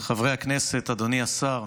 חברי הכנסת, אדוני השר,